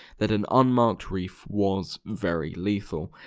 that an unmarked reef was. very lethal,